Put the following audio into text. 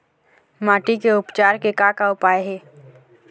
माटी के उपचार के का का उपाय हे?